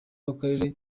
w’akarere